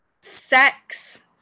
sex